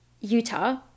utah